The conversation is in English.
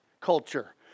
culture